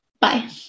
Bye